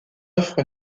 offre